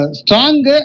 strong